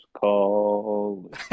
call